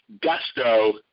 gusto